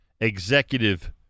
executive